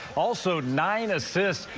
also nine assists.